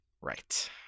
Right